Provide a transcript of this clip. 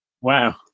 Wow